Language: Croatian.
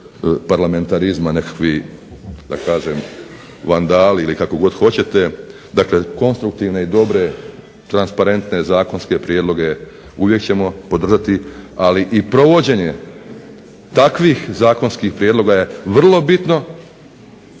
parlamentarizma nekakvi da kažem vandali ili kako god hoćete, dakle konstruktivne i dobre transparentne zakonske prijedloge uvijek ćemo podržati, ali i provođenje takvih zakonskih prijedloga je vrlo bitno